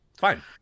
Fine